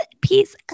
Peace